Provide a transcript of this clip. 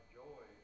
joy